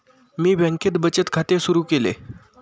मी बँकेत बचत खाते सुरु केले